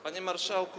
Panie Marszałku!